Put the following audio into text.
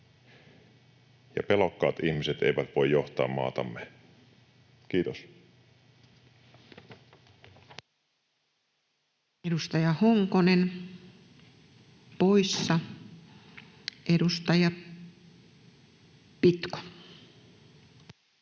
ja pelokkaat ihmiset eivät voi johtaa maatamme. — Kiitos. Edustaja Honkonen, poissa. — Edustaja Pitko.